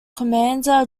commander